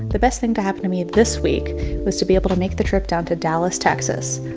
the best thing to happen to me this week was to be able to make the trip down to dallas, texas,